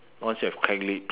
once you have cracked lips